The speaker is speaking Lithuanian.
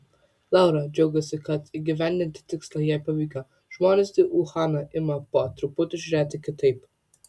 laura džiaugiasi kad įgyvendinti tikslą jai pavyko žmonės į uhaną ima po truputį žiūrėti kitaip